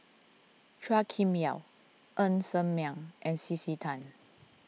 Chua Kim Yeow Ng Ser Miang and C C Tan